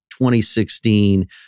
2016